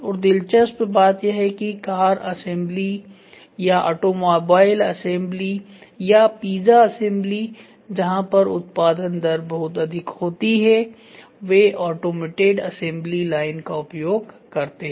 और दिलचस्प बात यह है कि कार असेंबली या ऑटोमोबाइल असेंबली या पिज्जा असेंबली में जहाँ पर उत्पादन दर बहुत अधिक होती है वे ऑटोमेटेड असेंबली लाइन का उपयोग करते हैं